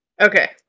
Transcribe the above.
Okay